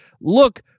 Look